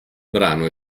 brano